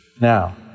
now